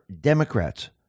Democrats